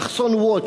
"מחסום Watch",